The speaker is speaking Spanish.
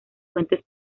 fuentes